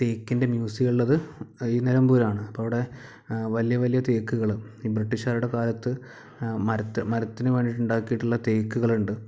തേക്കിൻ്റെ museum ഉള്ളത് ഈ നിലമ്പൂരാണ് അപ്പോൾ അവിടെ വലിയ വലിയ തെക്കുകള് ഈ ബ്രിട്ടീഷുകാരുടെ കാലത്ത് മര മരത്തിന് വേണ്ടി ഉണ്ടാക്കിയിട്ടുള്ളത് തേക്കുകളുണ്ട്